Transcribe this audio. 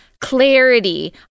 clarity